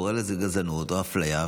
קורא לזה גזענות או אפליה,